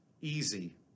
easy